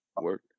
work